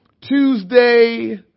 Tuesday